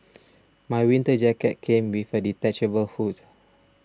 my winter jacket came with a detachable hood